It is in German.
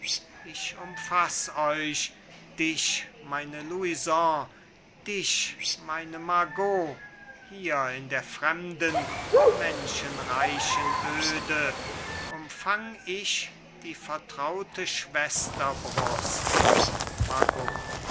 ich umfaß euch dich meine louison dich meine margot hier in der fremden menschenreichen öde umfang ich die vertraute schwesterbrust margot